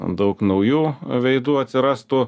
daug naujų veidų atsirastų